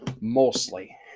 Mostly